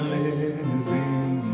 living